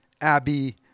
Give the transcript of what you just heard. Abby